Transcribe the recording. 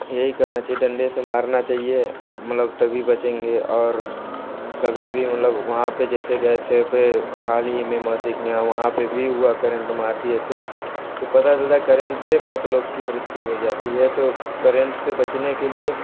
यही करना चाहिए डंडे से मारना चाहिए मलब तभी बचेंगे और कभी भी मतलब वहाँ पर जैसे गए थे पर हाल ही में मौसी के निया वहाँ पर भी हुआ करेंट मार दिए थे तो पता चलता है करेंट से बहुत लोग की मृत्यु हो जाती है तो करेंट से बचने के लिए